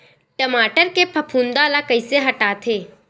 टमाटर के फफूंद ल कइसे हटाथे?